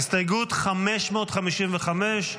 הסתייגות 555,